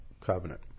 covenant